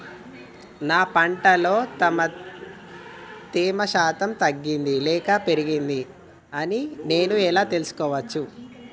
నా పంట లో తేమ శాతం తగ్గింది లేక పెరిగింది అని నేను ఎలా తెలుసుకోవచ్చు?